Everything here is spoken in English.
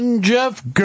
Jeff